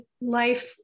life